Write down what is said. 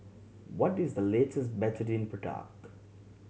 what is the latest Betadine product